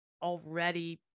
Already